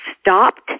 stopped